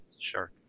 sure